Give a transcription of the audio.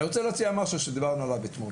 אני רוצה להציע משהו שדיברנו עליו אתמול.